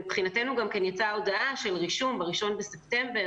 מבחינתנו יצאה הודעה על רישום ב-1 בספטמבר,